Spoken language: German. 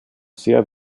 sehr